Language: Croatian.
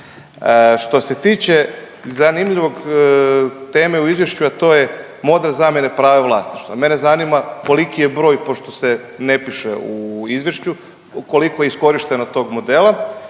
Što se tiče zanimljivog teme u izvješću, a to je model zamjene prava vlasništva. Mene zanima koliki je broj pošto se ne piše u izvješću, koliko je iskorišteno tog modela?